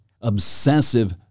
obsessive